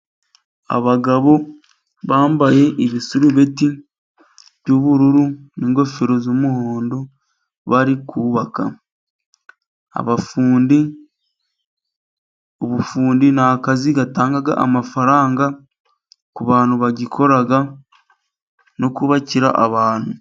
Abagabo bambaye ibisurubeti by'ubururu n'ingofero z'umuhondo, bari kubaka. Abafundi, ubufundi ni akazi gatanga amafaranga ku bantu bagakora no kubakira abantu.